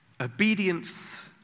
obedience